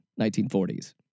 1940s